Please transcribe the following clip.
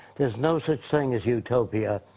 there's no such thing as utopia.